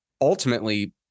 ultimately